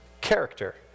character